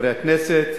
חברי הכנסת,